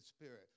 Spirit